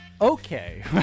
Okay